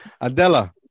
Adela